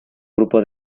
grupo